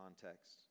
context